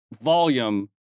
volume